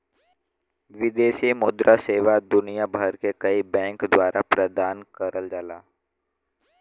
विदेशी मुद्रा सेवा दुनिया भर के कई बैंक द्वारा प्रदान करल जाला